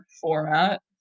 format